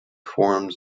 forums